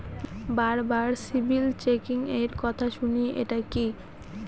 বারবার সিবিল চেকিংএর কথা শুনি এটা কি?